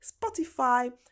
Spotify